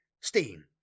Steam